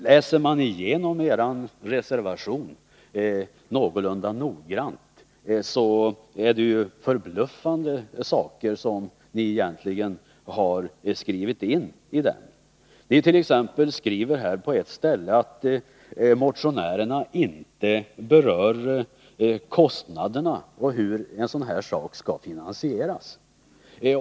Läser man igenom reservationen någorlunda noggrant finner man att det är förbluffande saker som ni har skrivit in i den. Ni skriver t.ex. på ett ställe att motionärerna inte berör kostnaderna och hur en sådan sak skall finansieras.